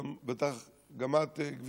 בטח גם את,